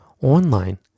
online